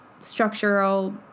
structural